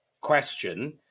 question